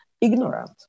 ignorant